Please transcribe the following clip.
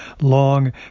long